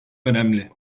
önemli